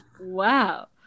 Wow